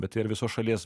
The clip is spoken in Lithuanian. bet ir visos šalies